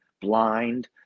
blind